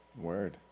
Word